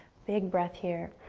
big breath here.